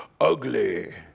ugly